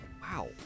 Wow